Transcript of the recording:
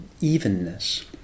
evenness